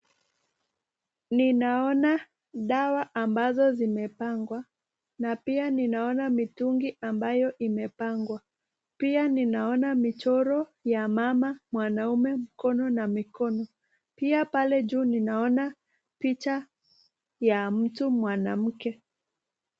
Ninaona dawa ambazo zimepangwa, na pia ninaona mitungi ambayo imepangwa. Pia ninaona michoro ya mama, mwanaume, mkono na mikono. Pia pale juu ninaona picha ya mtu mwanamke.